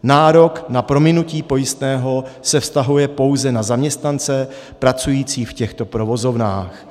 Nárok na prominutí pojistného se vztahuje pouze na zaměstnance pracující v těchto provozovnách.